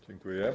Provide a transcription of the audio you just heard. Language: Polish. Dziękuję.